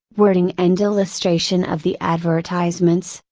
wording and illustration of the advertisements,